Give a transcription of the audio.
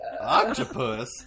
Octopus